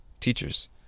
teachers